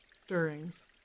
Stirrings